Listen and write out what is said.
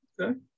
okay